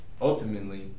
ultimately